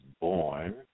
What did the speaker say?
born